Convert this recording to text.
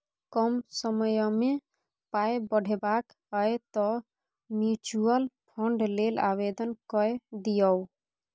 कम समयमे पाय बढ़ेबाक यै तँ म्यूचुअल फंड लेल आवेदन कए दियौ